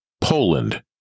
Poland